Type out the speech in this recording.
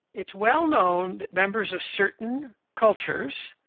it's well-known that members of certain cultures,